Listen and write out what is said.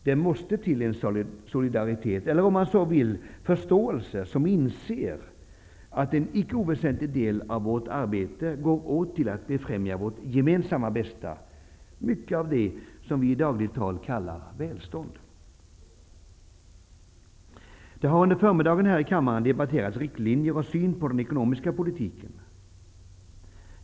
Det måste till en solidaritet, eller om man så vill förståelse för att en icke oväsentlig del av vårt arbete går åt till att befrämja vårt gemensamma bästa. Mycket av det är vad vi i dagligt tal kallar välstånd. Herr talman! Det har under förmiddagen här i kammaren debatterats riktlinjer och syn på den ekonomiska politiken.